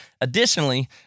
Additionally